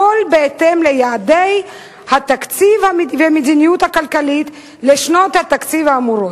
הכול בהתאם ליעדי התקציב והמדיניות הכלכלית לשנות התקציב האמורות.